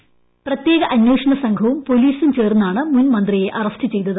voice പ്രത്യേക അന്വേഷണ സംഘവും പോലീസും ചേർന്നാണ് മുൻമന്ത്രിയെ അറസ്റ്റ് ചെയ്തത്